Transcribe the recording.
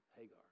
Hagar